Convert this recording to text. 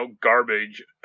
garbage